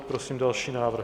Prosím další návrh.